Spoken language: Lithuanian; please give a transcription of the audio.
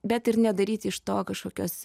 bet ir nedaryti iš to kažkokios